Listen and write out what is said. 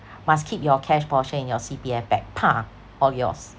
must keep your cash portion in your C_P_F back pah all yours